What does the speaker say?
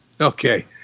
Okay